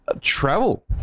Travel